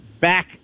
back